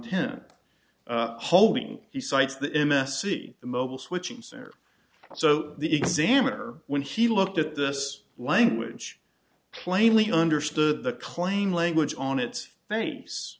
tenth holding he cites the m s c mobile switching center so the examiner when he looked at this language plainly understood the claim language on its